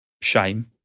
shame